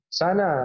sana